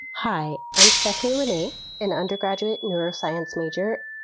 hi, i'm stephanie renee, an undergraduate neuroscience major,